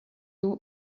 you